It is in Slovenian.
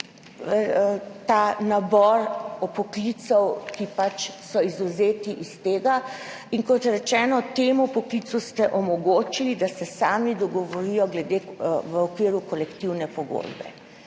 ta nabor poklicev, ki so pač izvzeti iz tega. Kot rečeno, temu poklicu ste omogočili, da se sami dogovorijo v okviru kolektivne pogodbe.